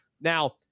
Now